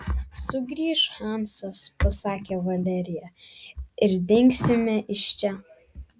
sugrįš hansas pasakė valerija ir dingsime iš čia